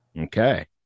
okay